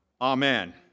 Amen